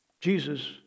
Jesus